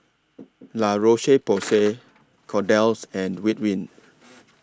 La Roche Porsay Kordel's and Ridwind